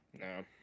No